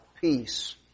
peace